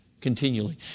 Continually